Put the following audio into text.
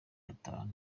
atatu